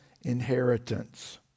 inheritance